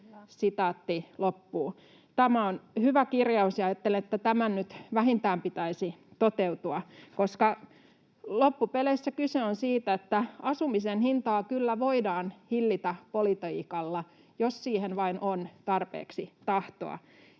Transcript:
Tämä on hyvä kirjaus, ja ajattelen, että tämän nyt vähintään pitäisi toteutua, koska loppupeleissä kyse on siitä, että asumisen hintaa kyllä voidaan hillitä politiikalla, jos siihen vain on tarpeeksi tahtoa